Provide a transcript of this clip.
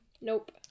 Nope